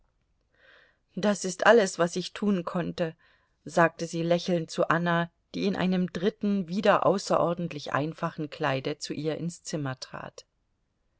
das ist alles was ich tun konnte sagte sie lächelnd zu anna die in einem dritten wieder außerordentlich einfachen kleide zu ihr ins zimmer trat